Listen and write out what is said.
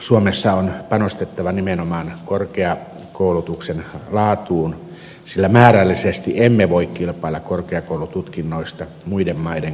suomessa on panostettava nimenomaan korkeakoulutuksen laatuun sillä määrällisesti emme voi kilpailla korkeakoulututkinnoista muiden maiden kanssa